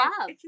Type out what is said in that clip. love